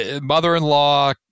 mother-in-law